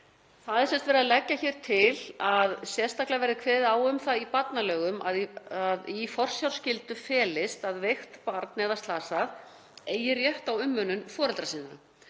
Það er sem sagt verið að leggja hér til að sérstaklega verði kveðið á um það í barnalögum að í forsjárskyldu felist að veikt barn eða slasað barn eigi rétt á umönnun foreldra sinna.